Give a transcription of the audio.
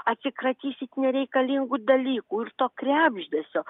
atsikratysit nereikalingų dalykų ir to krebždesio